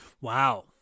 Wow